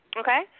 okay